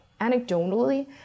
anecdotally